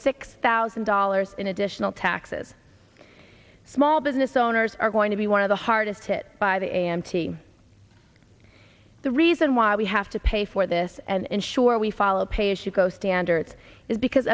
six thousand dollars in additional taxes small business owners are going to be one of the hardest hit by the a m t the reason why we have to pay for this and ensure we follow pay as you go standard is because